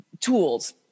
tools